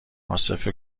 عاصف